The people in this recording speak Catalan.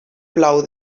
plou